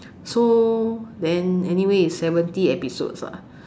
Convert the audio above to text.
so then anyway is seventy episodes lah